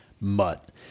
mutt